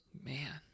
Man